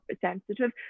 sensitive